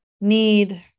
need